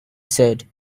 said